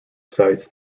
sites